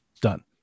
done